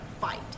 fight